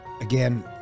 Again